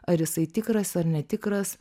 ar jisai tikras ar netikras